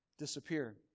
Disappear